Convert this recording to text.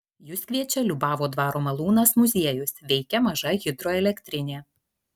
jus kviečia liubavo dvaro malūnas muziejus veikia maža hidroelektrinė